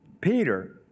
Peter